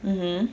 mmhmm